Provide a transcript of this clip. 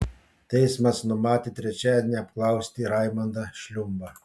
teismas numatė trečiadienį apklausti raimondą šliumbą